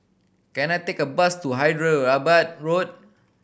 can I take a bus to Hyderabad Road